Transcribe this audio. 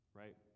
right